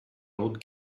old